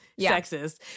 sexist